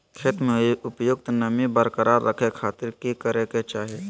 खेत में उपयुक्त नमी बरकरार रखे खातिर की करे के चाही?